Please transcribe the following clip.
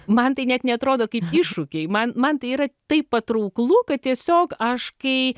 man tai net neatrodo kaip iššūkiai man man tai yra taip patrauklu kad tiesiog aš kai